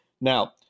Now